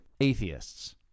atheists